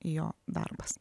jo darbas